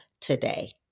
today